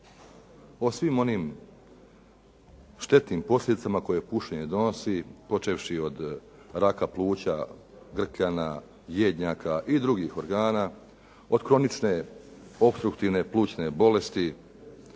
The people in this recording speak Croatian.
O svim onim štetnim posljedicama koje pušenje donosi počevši od raka pluća, grkljana, jednjaka i drugih organa, od kronične opstruktivne plućne bolesti